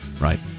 Right